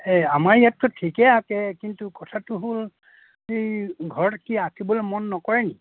এই আমাৰ ইয়াততো ঠিকেই আছে কিন্তু কথাটো হ'ল এই ঘৰত কি আঁকিবলৈ মন নকৰে নেকি